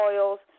oils